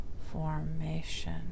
formation